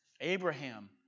Abraham